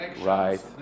Right